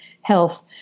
health